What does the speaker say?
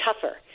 tougher